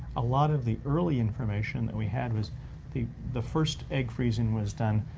a lot of the early information that we had was the the first egg freezing was done,